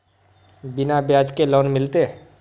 बिना ब्याज के लोन मिलते?